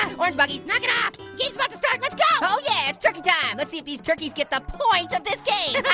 orange buggys! knock it off! game's about to start, let's go! oh yeah, it's turkey time! let's see if these turkeys get the point of this game!